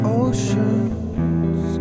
oceans